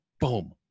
boom